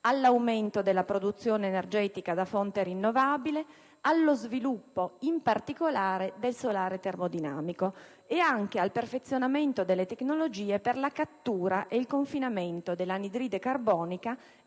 all'aumento della produzione energetica da fonte rinnovabile e, soprattutto, allo sviluppo del solare termodinamico, come anche al perfezionamento delle tecnologie per la cattura e il confinamento dell'anidride carbonica